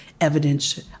evidence